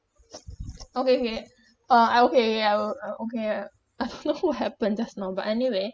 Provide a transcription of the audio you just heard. okay okay ah I okay ya oo uh okay ya I don't know what happened just now but anyway